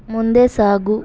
ಮುಂದೆ ಸಾಗು